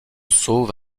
sauve